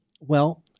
Well-